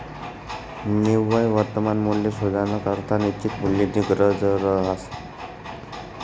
निव्वय वर्तमान मूल्य शोधानाकरता निश्चित मूल्यनी गरज रहास